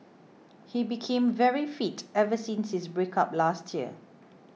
he became very fit ever since his breakup last year